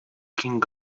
king